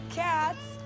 cats